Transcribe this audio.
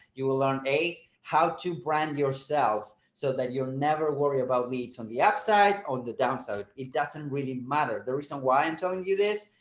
you will learn a how to brand yourself so that you're never worried about leads on the upside. on the downside, it doesn't really matter. the reason why i'm telling you this,